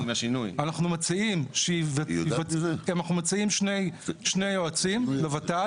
אנחנו מציעים שני יועצים לות"ל.